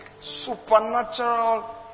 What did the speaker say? supernatural